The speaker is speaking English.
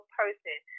person